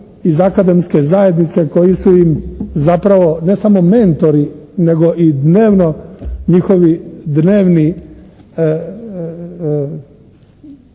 iz akademske zajednice koji su im zapravo ne samo mentori nego i dnevno njihovi dnevni,